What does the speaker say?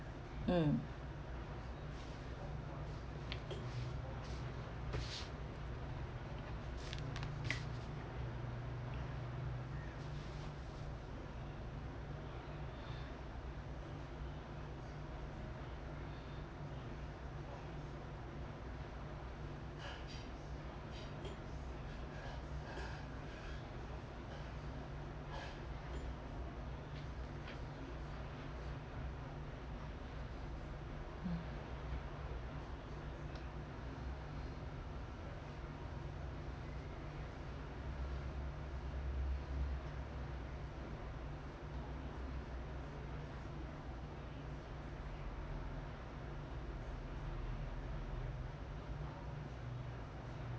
mm